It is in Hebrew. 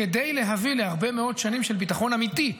כדי להביא להרבה מאוד שנים של ביטחון אמיתי,